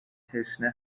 تشنه